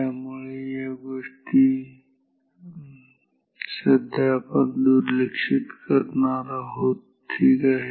त्यामुळे या गोष्टी सध्या आपण दुर्लक्षित करणार आहोत ठीक आहे